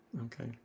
Okay